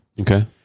Okay